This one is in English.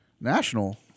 national